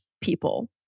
people